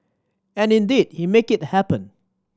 and indeed he make it happen